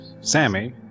Sammy